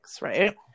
Right